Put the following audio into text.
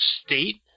state